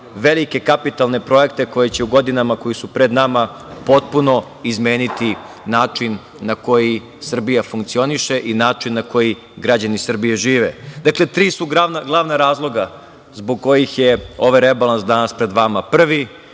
velike kapitalne projekte koji će u godinama koje su pred nama potpuno izmeniti način na koji Srbija funkcioniše i način na koji građani Srbije žive. Dakle, tri su glavna razloga zbog kojih je ovaj rebalans danas pred vama. Prvi